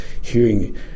hearing